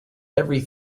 every